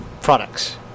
products